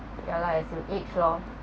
ya lah as you age lor